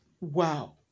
wow